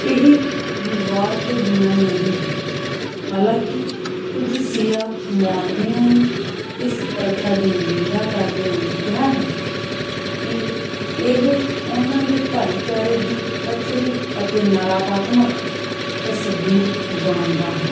ਇਹ ਵਿਵਾਦ ਤੋਂ ਬਿਨਾਂ ਨਹੀਂ ਹੈ ਹਾਲਾਂਕਿ ਕੁਝ ਸ਼ੀਆ ਮੌਲਵੀਆਂ ਨੇ ਇਸ ਪ੍ਰਥਾ ਦੀ ਨਿੰਦਾ ਕਰਦੇ ਹੋਏ ਕਿਹਾ ਹੈ ਕਿ ਇਹ ਉਹਨਾਂ ਦੇ ਭਾਈਚਾਰੇ ਦੀ ਪੱਛੜੀ ਅਤੇ ਨਕਾਰਾਤਮਕ ਤਸਵੀਰ ਬਣਾਉਂਦਾ ਹੈ